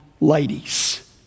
ladies